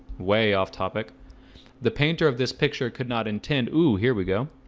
way off topic the painter of this picture could not intend. oh, here we go